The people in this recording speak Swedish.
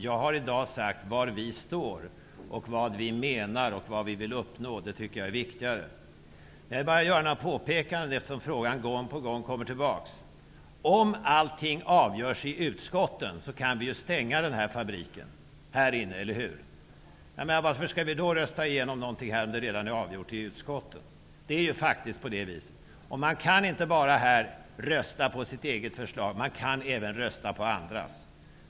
Jag har i dag sagt var vi står, vad vi menar och vad vi vill uppnå. Det tycker jag är viktigare. Jag vill, eftersom frågan gång på gång kommer tillbaks i debatten, göra några påpekanden. Om allting avgörs i utskotten kan vi ju stänga fabriken här inne -- eller hur? Varför skall vi rösta igenom någonting här om det redan är avgjort i utskotten? Det är ju faktiskt på det viset. Man kan inte bara rösta på sitt eget förslag, utan även på andras.